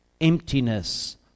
emptiness